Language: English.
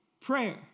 prayer